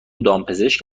دامپزشک